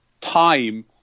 time